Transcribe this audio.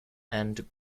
and